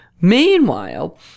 Meanwhile